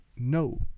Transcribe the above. no